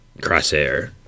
Crosshair